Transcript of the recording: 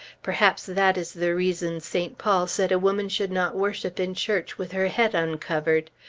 perhaps that is the reason st. paul said a woman should not worship in church with her head uncovered!